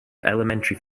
elementary